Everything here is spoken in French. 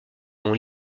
dont